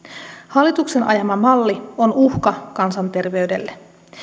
hallituksen ajama malli on uhka kansanterveydelle